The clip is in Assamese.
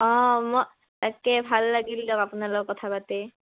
অঁ মই তে ভাল লাগিল দিয়ক কথা পাতি